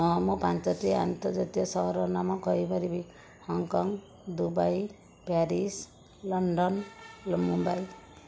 ହଁ ମୁଁ ପାଞ୍ଚଟି ଅନ୍ତର୍ଜାତୀୟ ସହରର ନାମ କହିପାରିବି Hong Kong Dubai Paris London Mumbai